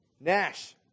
Nash